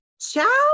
Ciao